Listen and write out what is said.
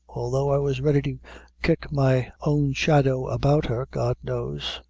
although i was ready to kick my own shadow about her, god knows.